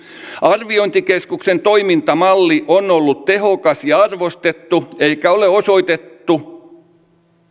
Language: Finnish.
arviointikeskuksen toimintamalli on ollut tehokas ja arvostettu eikä ole osoitettu